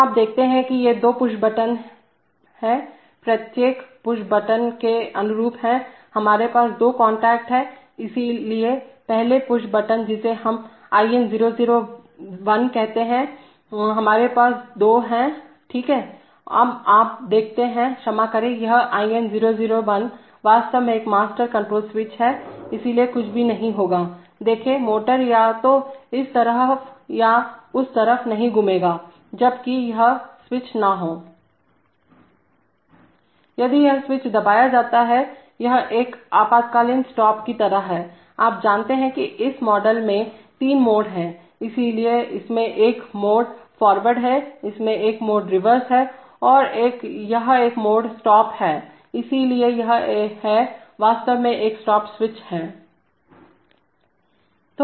तो आप देखते हैं कि ये दोनों पुश बटन प्रत्येक पुश बटन के अनुरूप हैं हमारे पास दो कांटेक्ट हैं इसलिए पहले पुश बटन जिसे हम IN001 कहते हैं हमारे पास दो हैंहाँ ठीक है अब आप देखते हैं क्षमा करें यह IN001 वास्तव में एक मास्टर कंट्रोल स्विच है इसलिए कुछ भी नहीं होगा देखें मोटर या तो इस तरफ या उस तरफ नहीं घुमाएगा जब तक कि यह स्विच न हो यदि यह स्विच दबाया जाता हैयह एक आपातकालीन स्टॉप की तरह है आप जानते हैं कि इस मॉडल में तीन मोड हैं इसलिए इसमें एक मोड फॉरवर्ड है इसमें एक मोड रिवर्स है और यह एक मोड स्टॉप है इसलिए यह है वास्तव में एक स्टॉप स्विच है